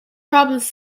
problems